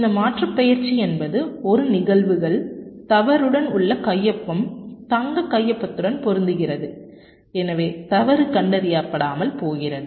இந்த மாற்றுப்பெயர்ச்சி என்பது ஒரு நிகழ்வுகள் தவறுடன் உள்ள கையொப்பம் தங்க கையொப்பத்துடன் பொருந்துகிறது எனவே தவறு கண்டறியப்படாமல் போகிறது